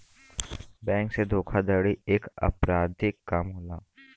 bank से धोखाधड़ी एक अपराधिक काम होला